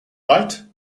rite